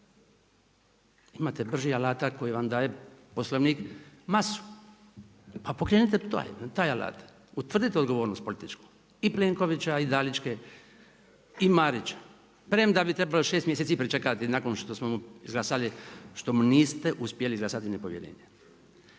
Imate bržih alata koje vam daje Poslovnik masu pa pokrenite taj alat, utvrdite odgovornost političku i Plenkovića i DAlićke i Marića. Premda bi trebalo šest mjeseci pričekati nakon što mu niste uspjeli izglasati nepovjerenje.